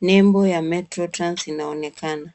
Nembo ya metro trans inaonekana.